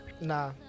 Nah